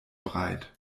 breit